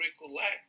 recollect